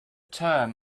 term